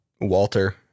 Walter